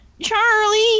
Charlie